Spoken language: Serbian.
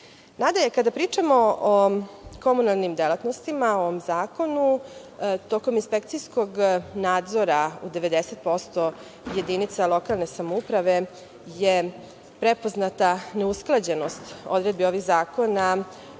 kada pričamo o komunalnim delatnostima, o ovom zakonu, tokom inspekcijskog nadzora u 90% jedinica lokalne samouprave je prepoznata neusklađenost odredbi ovog zakona